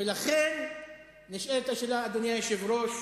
נשאלת השאלה, אדוני היושב-ראש,